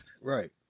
Right